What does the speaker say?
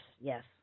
yes